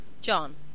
John